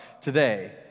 today